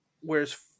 Whereas